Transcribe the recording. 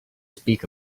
speak